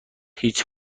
هیچ